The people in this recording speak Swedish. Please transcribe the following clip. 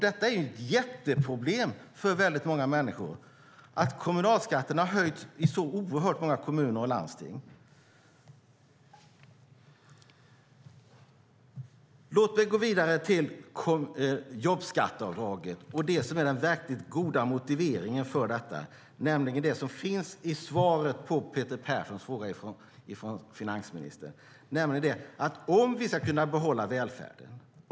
Det är ett jätteproblem för många människor att kommunalskatten har höjts i oerhört många kommuner och landsting. Låt mig gå vidare till jobbskatteavdraget och det som är den verkligt goda motiveringen för detta, nämligen det som finns i svaret från finansministern på Peter Perssons interpellation.